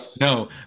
No